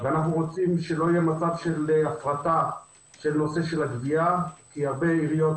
אנחנו רוצים שלא יהיה מצב של הפרטה בנושא הגבייה כי הרבה עיריות